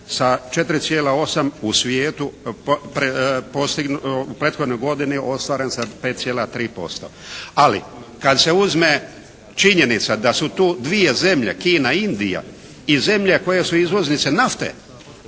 s 4,8 u svijetu u prethodnoj godini ostvaren sa 5,3%. Ali kada se uzme činjenica da su tu dvije zemlje Kina i Indija i zemlje koje su izvoznice nafte,